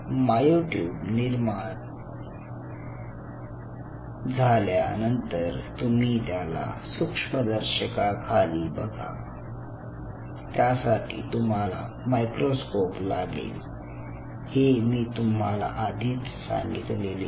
myotube निर्माण झाल्यानंतर तुम्ही त्याला सूक्ष्मदर्शकाखाली बघता त्यासाठी तुम्हाला मायक्रोस्कोप लागेल हे मी तुम्हाला आधीच सांगितलेले आहे